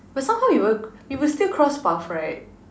but somehow you'll you will still cross path right